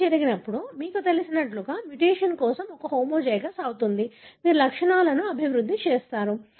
ఇది జరిగినప్పుడు మీకు తెలిసినట్లుగా మ్యుటేషన్ కోసం ఒక హోమోజైగస్ అవుతుంది మీరు లక్షణాలను అభివృద్ధి చేస్తారు